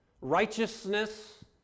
Righteousness